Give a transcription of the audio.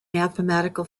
mathematical